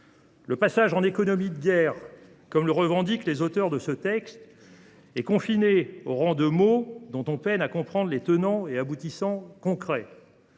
Le passage en économie de guerre, comme le revendiquent les auteurs de ce texte, est confiné au rang de mots dont on peine à comprendre les tenants et aboutissants concrets.